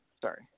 Sorry